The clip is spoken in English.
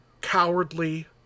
Cowardly